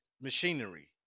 machinery